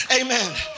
amen